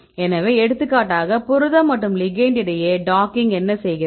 எனவே எடுத்துக்காட்டாக புரதம் மற்றும் லிகெெண்ட் இடையே டாக்கிங் என்ன செய்கிறது